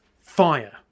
fire